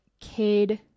kid